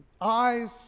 eyes